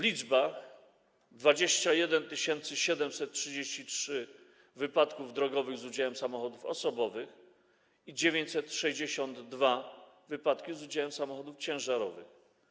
Liczby są następujące: 21 733 wypadki drogowe z udziałem samochodów osobowych i 962 wypadki z udziałem samochodów ciężarowych.